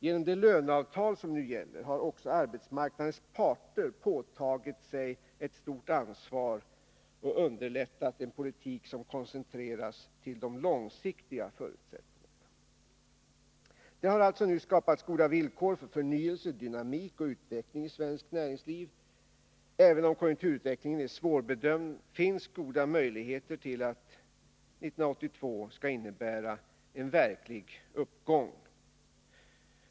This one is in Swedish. Genom det löneavtal som nu gäller har också arbetsmarknadens parter påtagit sig ett stort ansvar och underlättat en politik som koncentreras till de långsiktiga förutsättningarna. Det har alltså nu skapats goda villkor för förnyelse, dynamik och utveckling i svenskt näringsliv. Även om konjunkturutvecklingen är svårbedömd finns goda möjligheter till att 1982 skall innebära en verklig uppgång.